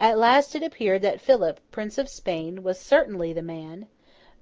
at last it appeared that philip, prince of spain, was certainly the man